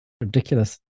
ridiculous